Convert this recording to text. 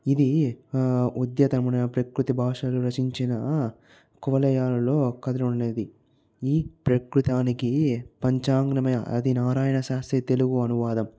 ఇది ఉద్యతమున మన ప్రకృతి భాషను రచించిన కువలయాలలో కలిగి ఉండేది ఇది ప్రాకృతానికి పంచాంగమయ ఆది నారాయణ శాస్త్రి తెలుగు అనువాదం